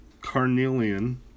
carnelian